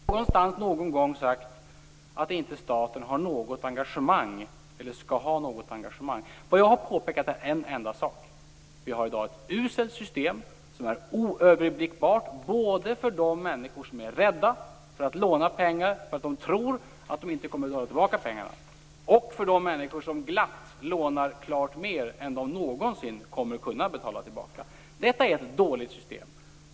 Fru talman! Det är tråkigt att behöva hävda att utbildningsministern närmast står och ljuger. Jag har inte någonstans någon gång sagt att vi skall avveckla studiemedelssystemet. Jag har inte någonstans någon gång sagt att staten inte skall ha något engagemang. Vad jag har påpekat är en enda sak: Vi har i dag ett uselt system, som är oöverblickbart både för de människor som är rädda för att låna pengar, därför att de tror att de inte kommer att kunna betala tillbaka pengarna, och för de människor som glatt lånar klart mer än de någonsin kommer att kunna betala tillbaka. Detta är ett dåligt system.